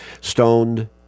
stoned